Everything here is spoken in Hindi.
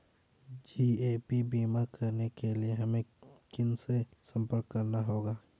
जी.ए.पी बीमा कराने के लिए हमें किनसे संपर्क करना होगा?